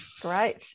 Great